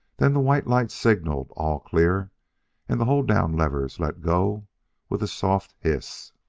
then the white lights signaled all clear and the hold-down levers let go with a soft hiss